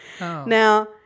Now